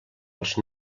als